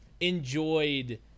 enjoyed